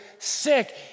Sick